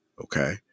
okay